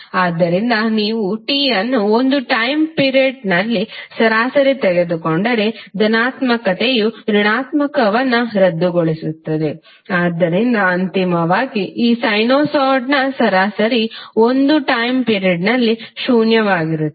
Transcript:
ಆದ್ದರಿಂದ ನೀವು T ಅನ್ನು ಒಂದು ಟಯ್ಮ್ ಪಿರಡ್ ನಲ್ಲಿ ಸರಾಸರಿ ತೆಗೆದುಕೊಂಡರೆ ಧನಾತ್ಮಕತೆಯು ಋಣಾತ್ಮಕವನ್ನು ರದ್ದುಗೊಳಿಸುತ್ತದೆ ಆದ್ದರಿಂದ ಅಂತಿಮವಾಗಿ ಈ ಸೈನುಸಾಯ್ಡ್ನ ಸರಾಸರಿ ಒಂದು ಟಯ್ಮ್ ಪಿರಡ್ ನಲ್ಲಿ ಶೂನ್ಯವಾಗಿರುತ್ತದೆ